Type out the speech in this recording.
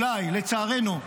אולי לצערנו,